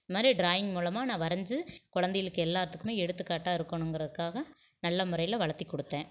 இந்த மாதிரி ட்ராயிங் மூலமாக நான் வரைஞ்சு குழந்தைகளுக்கு எல்லாத்துக்குமே எடுத்துக்காட்டாக இருக்கணுங்கறதுக்காக நல்ல முறையில் வளர்த்தி கொடுத்தேன்